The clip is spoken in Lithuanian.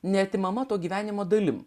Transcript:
neatimama to gyvenimo dalimi